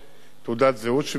תעודת זהות שברשותו,